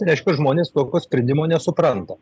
tai reiškia žmonės tokio sprendimo nesupranta